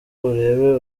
urebe